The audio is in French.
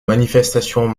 manifestations